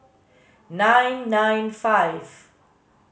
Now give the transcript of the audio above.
nine nine five